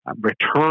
return